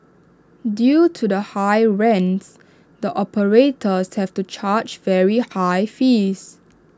due to the high rents the operators have to charge very high fees